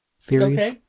theories